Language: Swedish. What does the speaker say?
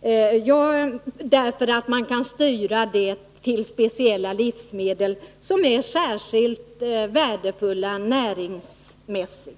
eftersom man kan styra dem till speciella livsmedel som är särskilt värdefulla näringsmässigt.